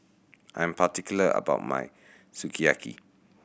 I am particular about my Sukiyaki